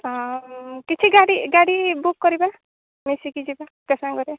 ହଁ କିଛି ଗାଡ଼ି ଗାଡ଼ି ବୁକ୍ କରିବା ମିଶିକି ଯିବା ଏକା ସାଙ୍ଗରେ